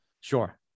sure